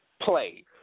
Play